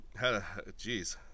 Jeez